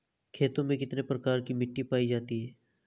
खेतों में कितने प्रकार की मिटी पायी जाती हैं?